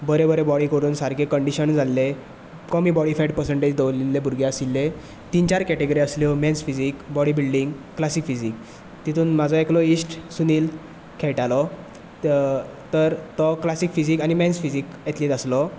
बरे बरे बॉडी करून सारके कंडिशन्ड जाल्ले कमी बॉडी फॅट पर्संटेज दवरिल्ले भुरगे आशिल्ले तीन चार कॉटिगरी आसल्यो men's physique bodybuilding classic physique तितूंत म्हाजो एकलो फ्रॅंड सुनील खेळटालो तर तो क्लासीक फिसीक आनी मेन्स फिसीक एथलीथ आसलो